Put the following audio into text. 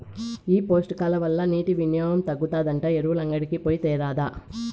ఈ పోషకాల వల్ల నీటి వినియోగం తగ్గుతాదంట ఎరువులంగడికి పోయి తేరాదా